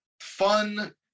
fun